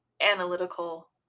analytical